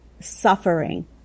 suffering